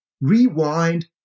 rewind